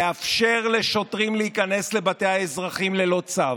לאפשר לשוטרים להיכנס לבתי האזרחים ללא צו,